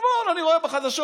אתמול אני רואה בחדשות